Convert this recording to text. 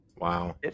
Wow